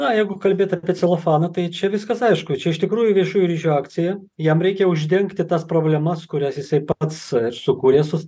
na jeigu kalbėt apie celofaną tai čia viskas aišku čia iš tikrųjų viešųjų ryšių akcija jam reikia uždengti tas problemas kurias jisai pats sukūrė sus